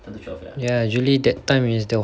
ya usually that time is the hottest ah